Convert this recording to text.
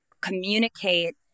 communicate